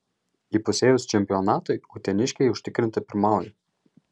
įpusėjus čempionatui uteniškiai užtikrintai pirmauja